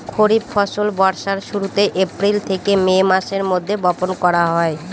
খরিফ ফসল বর্ষার শুরুতে, এপ্রিল থেকে মে মাসের মধ্যে, বপন করা হয়